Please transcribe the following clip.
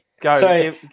Go